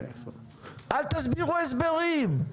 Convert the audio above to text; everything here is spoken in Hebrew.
אל תסבירו הסברים.